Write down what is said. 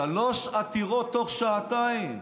שלוש עתירות תוך שעתיים.